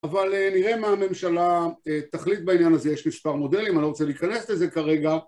אבל נראה מה הממשלה תחליט בעניין הזה, יש מספר מודלים, אני לא רוצה להיכנס לזה כרגע